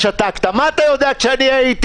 שאלת הבהרה, יש פה נציגי מח"ש?